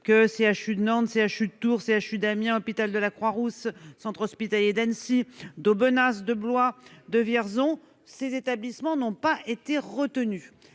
le CHU de Nantes, CHU de Tours CHU d'Amiens, hôpital de la Croix-Rousse, Centre hospitalier d'Annecy d'bonasse de Blois de Vierzon, ces établissements n'ont pas été retenus